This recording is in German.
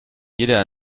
jeder